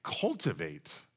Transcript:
cultivate